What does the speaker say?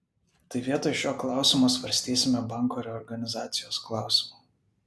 tai vietoj šio klausimo svarstysime banko reorganizacijos klausimą